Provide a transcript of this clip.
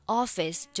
office